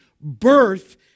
birth